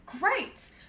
great